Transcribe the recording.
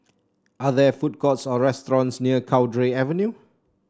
are there food courts or restaurants near Cowdray Avenue